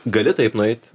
gali taip nueit